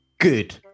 Good